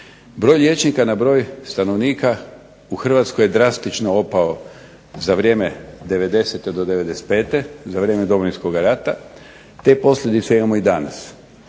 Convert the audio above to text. Broj liječnika na broj stanovnika u Hrvatskoj je drastično opao za vrijeme '90-te do '95-e, za vrijeme Domovinskog rata. Te posljedice imamo i danas.